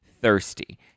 thirsty